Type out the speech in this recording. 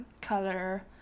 color